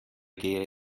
gehe